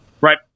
right